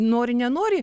nori nenori